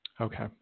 Okay